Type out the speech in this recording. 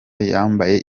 yambaye